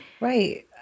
Right